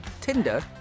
Tinder